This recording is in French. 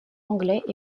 anglais